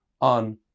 on